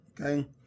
okay